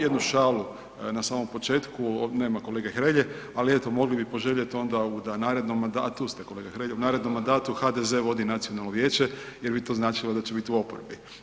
Jednu šalu na samom početku, nema kolege Hrelje, ali eto mogli bi poželjeti onda da u narednom mandatu, a tu ste kolega Hrelja, u narednom mandatu HDZ vodi nacionalno vijeće jer bi to značilo da će biti u oporbi.